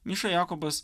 miša jakobas